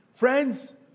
Friends